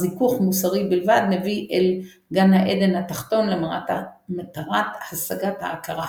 זיכוך מוסרי בלבד מביא אל גן העדן התחתון למטרת השגת ההכרה.